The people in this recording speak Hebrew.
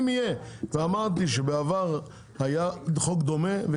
כבר אמרתי שבעבר היה חוק דומה,